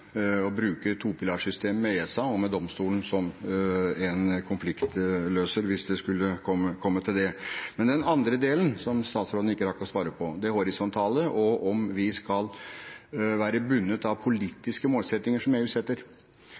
å bruke finansbyrå-løsningen og topilarsystemet med ESA og med domstolen som en konfliktløser, hvis det skulle komme til det. Men den andre delen av spørsmålet mitt, som statsråden ikke rakk å svare på, gjelder det horisontale og om vi skal være bundet av politiske målsettinger som EU setter.